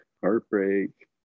heartbreak